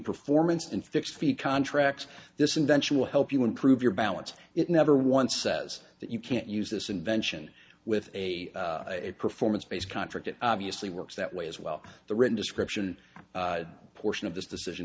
performance and fixed fee contracts this invention will help you improve your balance it never once says that you can't use this invention with a performance based contract it obviously works that way as well the written description portion of this decision